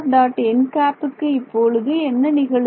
n க்கு இப்பொழுது என்ன நிகழும்